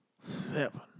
Seven